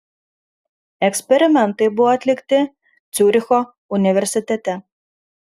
eksperimentai buvo atlikti ciuricho universitete